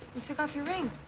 you took off your ring.